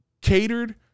catered